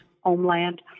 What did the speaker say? homeland